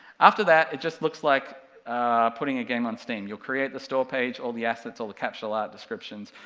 after that, it just looks like putting a game on steam, you'll create the store page, all the assets, all the capsule art descriptions,